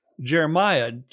Jeremiah